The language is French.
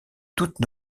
toute